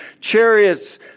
chariots